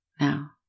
now